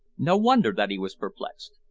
no wonder that he was perplexed.